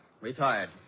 Retired